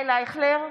(קוראת בשמות חברי הכנסת) ישראל אייכלר,